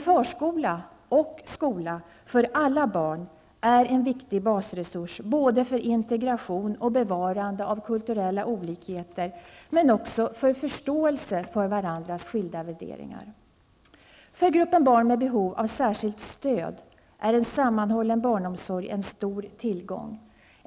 Förskola och skola för alla barn är en viktig basresurs för både integration och bevarande av kulturella olikheter, men också för förståelse för varandras skilda värderingar. För gruppen barn med behov av särskilt stöd är en sammanhållen barnomsorg en stor tillgång.